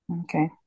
Okay